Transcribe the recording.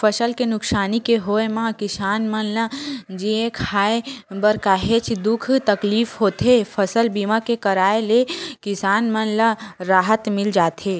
फसल के नुकसानी के होय म किसान मन ल जीए खांए बर काहेच दुख तकलीफ होथे फसल बीमा के कराय ले किसान मन ल राहत मिल जाथे